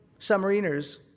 submariners